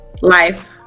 Life